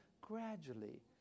gradually